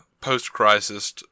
post-crisis